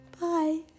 Bye